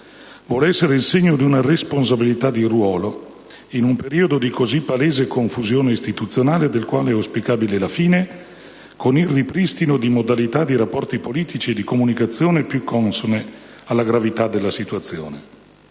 vuole essere il segno di una responsabilità di ruolo in un periodo di così palese confusione istituzionale, del quale è auspicabile la fine, con il ripristino di modalità di rapporti politici e di comunicazione più consone alla gravità della situazione.